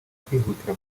kwihutira